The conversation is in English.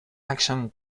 action